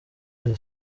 izo